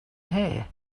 here